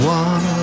one